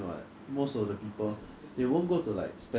他们自己煮饭比较便宜 but in 新加坡